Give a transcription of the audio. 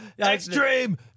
extreme